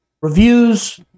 reviews